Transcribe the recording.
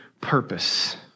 purpose